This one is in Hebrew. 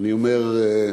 אני אומר: